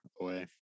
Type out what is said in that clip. away